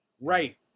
right